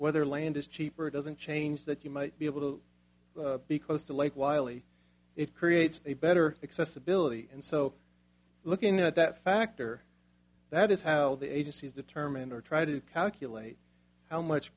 whether land is cheap or doesn't change that you might be able to be close to lake wylie it creates a better accessibility and so looking at that factor that is how the agencies determine or try to calculate how much